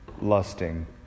lusting